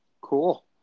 Cool